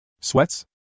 Sweats